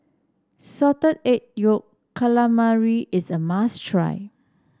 Salted Egg Yolk Calamari is a must try